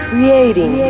Creating